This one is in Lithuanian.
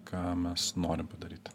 ką mes norim padaryt